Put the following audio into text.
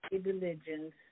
religions